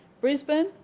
Brisbane